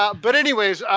ah but anyway,